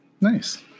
Nice